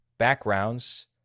backgrounds